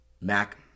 Mac